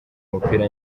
mupira